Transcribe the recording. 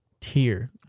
tier